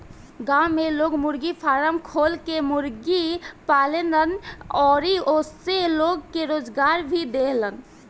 गांव में लोग मुर्गी फारम खोल के मुर्गी पालेलन अउरी ओइसे लोग के रोजगार भी देलन